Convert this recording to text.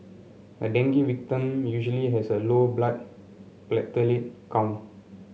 a dengue victim usually has a low blood platelet count